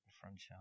franchise